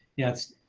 yes.